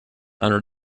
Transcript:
under